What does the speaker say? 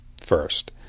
first